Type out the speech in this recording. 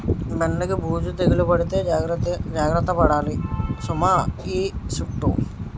బెండకి బూజు తెగులు పడితే జాగర్త పడాలి సుమా ఈ సుట్టూ